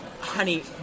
Honey